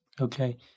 Okay